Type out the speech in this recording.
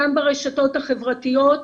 גם ברשתות החברתיות,